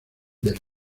del